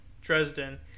Dresden